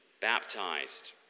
baptized